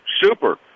super